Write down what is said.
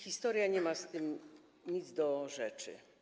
Historia nie ma tu nic do rzeczy.